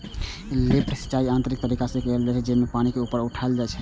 lift सिंचाइ यांत्रिक तरीका से कैल जाइ छै, जेमे पानि के ऊपर उठाएल जाइ छै